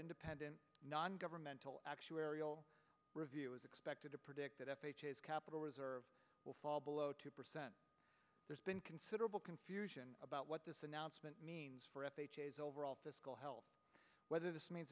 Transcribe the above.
independent non governmental actuarial review is expected to predict that f h a capital reserve will fall below two percent there's been considerable confusion about what this announcement means for an overall fiscal health whether this means